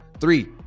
Three